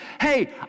hey